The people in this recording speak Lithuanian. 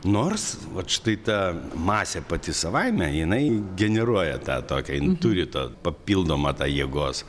nors vat štai ta masė pati savaime jinai generuoja tą tokią jin turi tą papildomą tą jėgos